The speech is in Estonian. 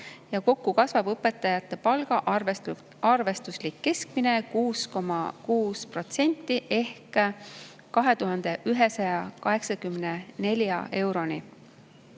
ja kokku kasvab õpetajate palga arvestuslik keskmine 6,6% ehk 2184 euroni.